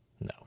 No